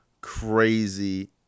crazy